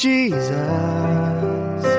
Jesus